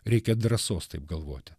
reikia drąsos taip galvoti